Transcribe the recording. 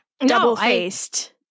Double-faced